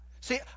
See